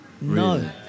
No